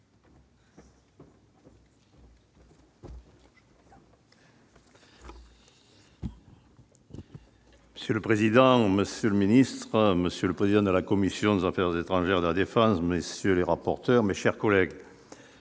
Monsieur le président, Monsieur le ministre, monsieur le président de la commission des Affaires étrangères de la Défense, messieurs les rapporteurs, mes chers collègues.